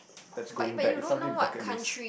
that's going back it's not really bucket list